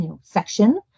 section